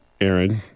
Aaron